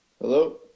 Hello